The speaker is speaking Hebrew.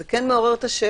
זה כן מעורר את השאלה